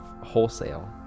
wholesale